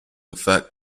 affect